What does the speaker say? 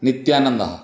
Nityananda